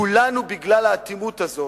כולנו, בגלל האטימות הזאת,